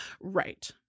Right